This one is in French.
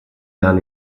vers